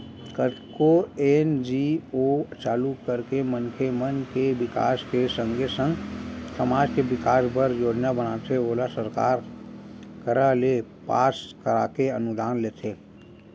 कतको एन.जी.ओ चालू करके मनखे मन के बिकास के संगे संग समाज के बिकास बर योजना बनाथे ओला सरकार करा ले पास कराके अनुदान लेथे